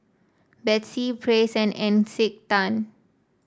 Betsy Praise and Encik Tan